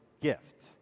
gift